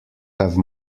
have